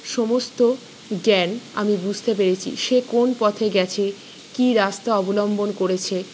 সমস্ত জ্ঞান আমি বুঝতে পেরেছি সে কোন পথে গেছে কী রাস্তা অবলম্বন করেছে